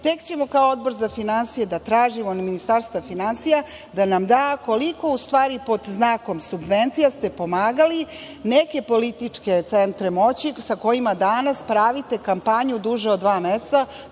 Tek ćemo kao Odbor za finansije da tražimo od Ministarstva finansija da nam da koliko u stvari pod znakom subvencija ste pomagali neke političke centre moći sa kojima danas pravite kampanju duže od dva meseca